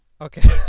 Okay